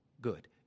good